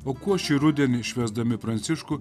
o kuo šį rudenį švęsdami pranciškų